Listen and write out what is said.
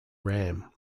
ram